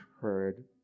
heard